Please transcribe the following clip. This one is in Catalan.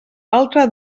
altre